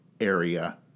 area